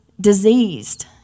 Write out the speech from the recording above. diseased